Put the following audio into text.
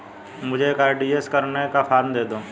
मुझे एक आर.टी.जी.एस करने का फारम दे दो?